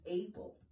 able